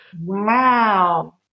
Wow